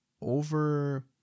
over